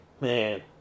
man